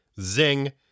Zing